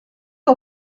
que